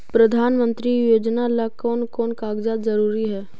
प्रधानमंत्री योजना ला कोन कोन कागजात जरूरी है?